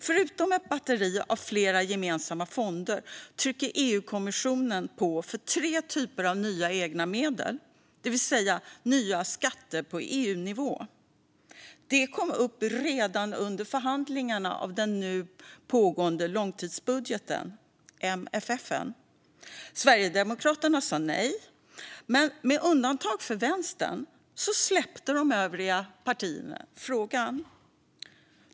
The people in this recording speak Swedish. Förutom ett batteri av flera gemensamma fonder trycker EU-kommissionen på för tre typer av nya egna medel, det vill säga nya skatter på EU-nivå. Detta kom upp redan under förhandlingarna om den nu pågående långtidsbudgeten, MFF. Sverigedemokraterna sa nej, men med undantag för Vänstern släppte de övriga partierna frågan.